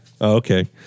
Okay